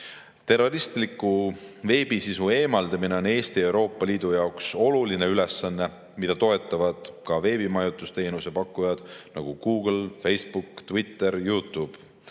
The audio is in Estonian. omavad. Terroristliku veebisisu eemaldamine on Eesti ja Euroopa Liidu jaoks oluline ülesanne, mida toetavad ka veebimajutusteenuse pakkujad, nagu Google, Facebook, Twitter, YouTube.